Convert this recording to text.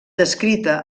descrita